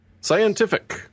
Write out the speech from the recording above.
Scientific